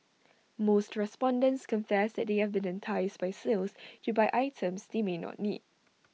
most respondents confess that they have been enticed by sales to buy items they may not need